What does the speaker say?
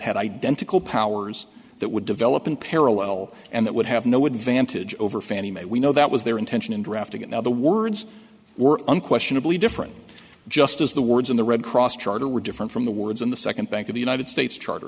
had identical powers that would develop in parallel and that would have no advantage over fannie mae we know that was their intention in drafting in other words were unquestionably different just as the words in the red cross charter were different from the words in the second bank of the united states charter